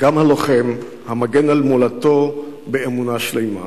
גם הלוחם, המגן על מולדתו באמונה שלמה.